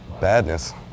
Badness